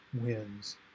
wins